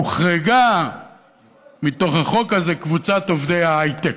הוחרגה מתוך החוק הזה קבוצת עובדי ההייטק,